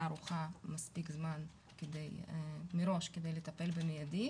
ערוכה מספיק זמן מראש כדי לטפל במיידי.